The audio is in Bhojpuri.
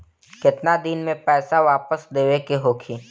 केतना दिन में पैसा वापस देवे के होखी?